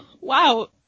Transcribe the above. wow